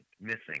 missing